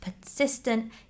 persistent